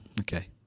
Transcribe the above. Okay